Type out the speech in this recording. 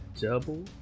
double